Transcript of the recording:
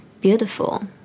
Beautiful